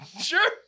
sure